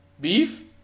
beef